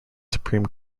supreme